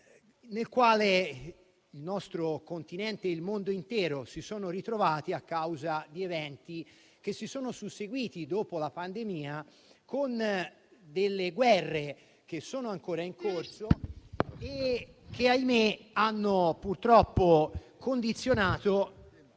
nel quale il nostro continente e il mondo intero si sono ritrovati a causa di eventi susseguitisi dopo la pandemia, con delle guerre che sono ancora in corso che - ahimè - hanno purtroppo condizionato